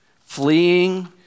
fleeing